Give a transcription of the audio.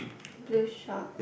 blue short